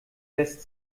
lässt